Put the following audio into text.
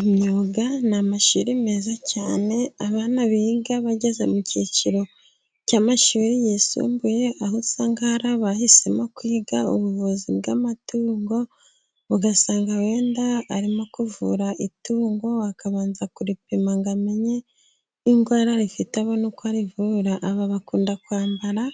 Imyuga ni amashuri meza cyane, abana biga bageze mu cyiciro cy'amashuri yisumbuye aho usanga hari abahisemo kwiga ubuvuzi bw'amatungo, ugasanga wenda arimo kuvura itungo akabanza kuripima, ngo amenye indwara rifite akabona uko arivura. Aba bakunda kwambara,